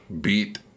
beat